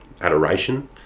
adoration